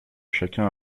chacun